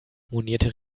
monierte